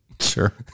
Sure